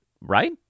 right